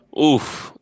Oof